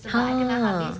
!huh!